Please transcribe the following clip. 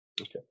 Okay